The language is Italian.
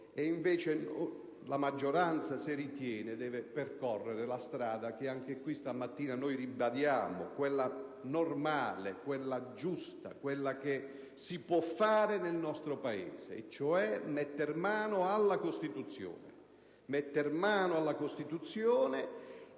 giuridico. La maggioranza, se ritiene, deve percorrere la strada che anche questa mattina ribadiamo, quella normale, quella giusta, quella che si può fare nel nostro Paese, cioè mettere mano alla Costituzione e introdurre